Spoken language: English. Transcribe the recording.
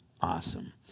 awesome